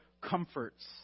comforts